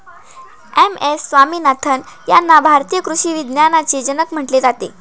M S Swaminathan यांना भारतीय कृषी विज्ञानाचे जनक म्हटले जाते